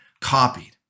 copied